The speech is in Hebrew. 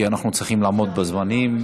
כי אנחנו צריכים לעמוד בזמנים.